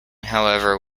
however